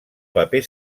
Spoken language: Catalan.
paper